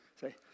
Say